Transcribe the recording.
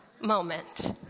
moment